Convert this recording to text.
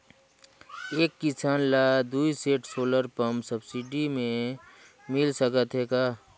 एक किसान ल दुई सेट सोलर पम्प सब्सिडी मे मिल सकत हे का?